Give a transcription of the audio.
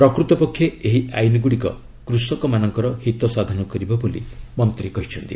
ପ୍ରକୃତପକ୍ଷେ ଏହି ଆଇନ୍ଗୁଡ଼ିକ କୃଷକମାନଙ୍କ ହିତ ସାଧନ କରିବ ବୋଲି ମନ୍ତ୍ରୀ କହିଛନ୍ତି